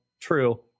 true